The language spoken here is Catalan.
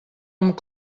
amb